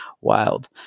wild